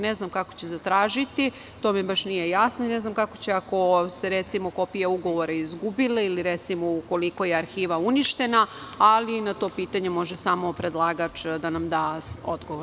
Ne znam kako će zatražiti, to mi baš nije jasno i ne znam kako će ako su se kopije ugovora izgubile ili ukoliko je arhiva uništena, ali na to pitanje može samo predlagač da nam da odgovor.